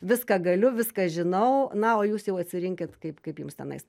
viską galiu viską žinau na o jūs jau atsirinkit kaip kaip jums tenais